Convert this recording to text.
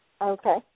Okay